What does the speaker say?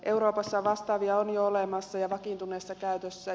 euroopassa vastaavia on jo olemassa ja vakiintuneessa käytössä